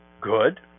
good